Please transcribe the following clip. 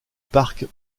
parc